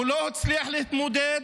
הוא לא הצליח להתמודד.